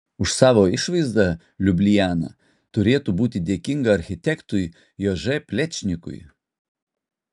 už savo išvaizdą liubliana turėtų būti dėkinga architektui jože plečnikui